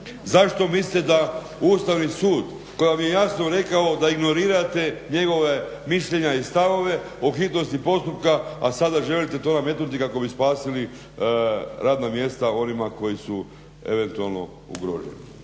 Zašto mislite da Ustavni sud koji vam je jasno rekao da ignorirate njegova mišljenja i stavove o hitnosti postupka, a sada želite to nametnuti kako bi spasili radna mjesta onima koji su eventualno ugroženi.